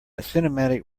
cinematic